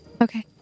Okay